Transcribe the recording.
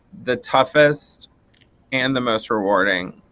the toughest and the most rewarding.